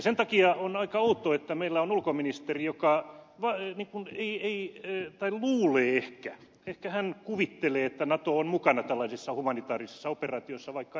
sen takia on aika outoa että meillä on ulkoministeri joka luulee ehkä ehkä hän kuvittelee että nato on mukana tällaisissa humanitaarisissa operaatioissa vaikka ei olekaan